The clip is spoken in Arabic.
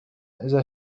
إذا